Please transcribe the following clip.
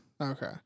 Okay